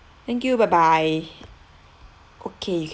thank you bye bye okay you ca~